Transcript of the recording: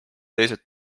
teised